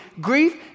grief